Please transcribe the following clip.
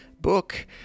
book